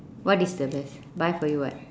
what is the best buy for you what